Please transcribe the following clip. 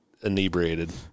inebriated